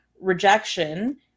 rejection